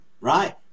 right